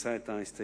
אמצא את ההסתייגות,